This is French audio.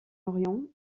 orient